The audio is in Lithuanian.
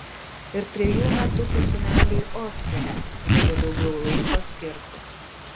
ir trejų metukų sūneliui oskarui galiu daugiau laiko skirti